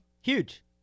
Huge